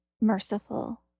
merciful